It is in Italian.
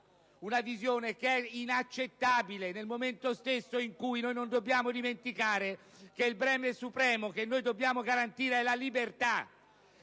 una visione che è inaccettabile, nel momento stesso in cui noi non dobbiamo dimenticare che il bene supremo che dobbiamo garantire è la libertà.